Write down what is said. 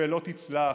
ולא תצלח.